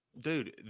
Dude